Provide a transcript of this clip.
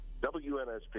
WNSP